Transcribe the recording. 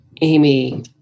Amy